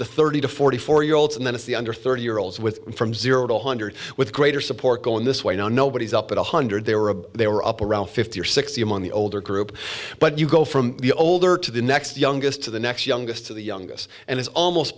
the thirty to forty four year olds and then it's the under thirty year olds with from zero to one hundred with greater support going this way no nobody's up at one hundred they were they were up around fifty or sixty among the older group but you go from the older to the next youngest to the next youngest to the youngest and it's almost